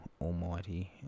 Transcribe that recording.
almighty